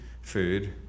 food